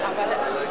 מהופנט.